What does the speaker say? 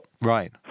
Right